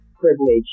privilege